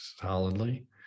solidly